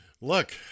look